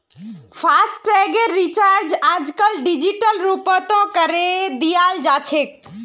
फासटैगेर recharge आजकल digital रूपतों करे दियाल जाछेक